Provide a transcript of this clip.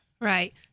right